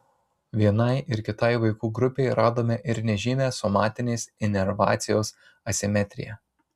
vienai ir kitai vaikų grupei radome ir nežymią somatinės inervacijos asimetriją